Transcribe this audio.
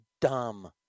dumb